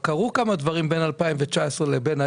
אבל קרו כמה דברים בין 2019 להיום